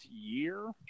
year